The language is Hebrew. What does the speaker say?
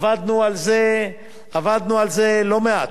עבדנו על זה לא מעט.